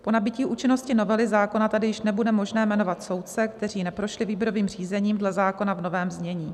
Po nabytí účinnosti novely zákona tedy již nebude možné jmenovat soudce, kteří neprošli výběrovým řízením dle zákona v novém znění.